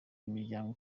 imiryango